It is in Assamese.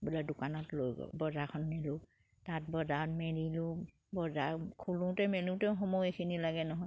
বোলে দোকানত লৈ বজাৰখন নিলোঁ তাত বজাৰত মেলিলোঁ বজাৰত খোলোঁতে মেলোঁতেও সময় এখিনি লাগে নহয়